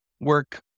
work